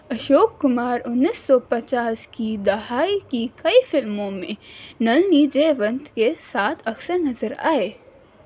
اشوک کمار انیس سو پچاس کی دہائی کی کئی فلموں میں نلنی جے ونت کے ساتھ اکثر نظر آئے